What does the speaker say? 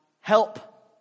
help